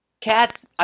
Cats